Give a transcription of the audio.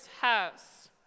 house